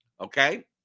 Okay